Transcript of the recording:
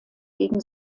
gegen